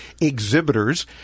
exhibitors